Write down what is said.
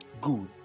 Good